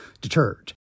deterred